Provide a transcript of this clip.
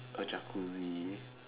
a Jacuzzi